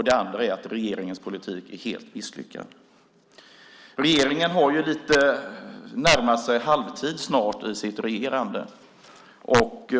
Den andra är att regeringens politik är helt misslyckad. Regeringen har snart närmat sig halvtid av sitt regerande.